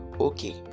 okay